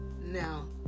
Now